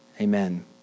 Amen